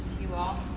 you all.